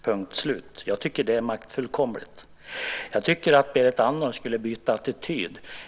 Punkt slut. Jag tycker att det är maktfullkomligt. Jag tycker att Berit Andnor skulle byta attityd.